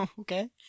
Okay